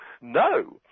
no